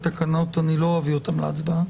אני לא אביא את התקנות להצבעה,